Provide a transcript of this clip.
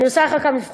אני עושה לך כאן מבחן.